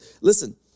listen